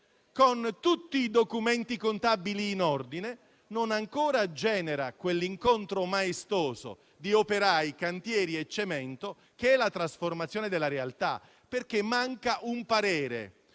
Con tutti i documenti contabili in ordine non ancora genera quell'incontro maestoso di operai, cantieri e cemento, che è la trasformazione della realtà, perché manca un parere